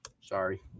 Sorry